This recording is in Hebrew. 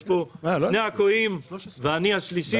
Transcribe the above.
יש פה שני עכואים ואני השלישי.